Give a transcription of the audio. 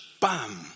Bam